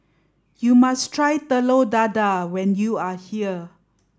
you must try Telur Dadah when you are here